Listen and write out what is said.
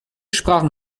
sprachen